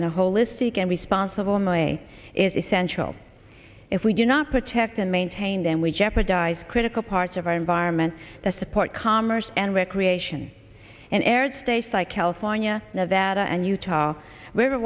in a holistic and responsible money is essential if we do not protect and maintain them we jeopardize critical parts of our environment to support commerce and recreation and aired states like california nevada and utah where